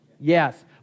Yes